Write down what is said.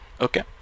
Okay